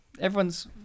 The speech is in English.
everyone's